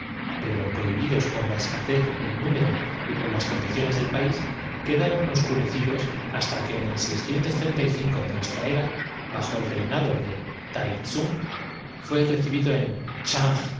pero cohibidos por la escasez del número y por amigo de la ciencia por haber hecho grabar sobre cua las condiciones del país quedaron oscurecidos hasta renta y seis lápidas de mármol y en tres clases de que en el de nuestra era bajo el reinado de tai caracteres los cinco libros clásicos del i king tsung fué recibido en